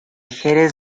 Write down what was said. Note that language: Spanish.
jerez